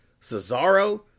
Cesaro